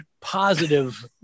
positive